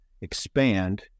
expand